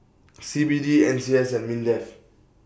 C B D N C S and Mindef